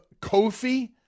Kofi